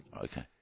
Okay